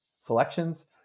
selections